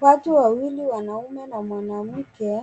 Watu wawili, mwanaume na mwanamke,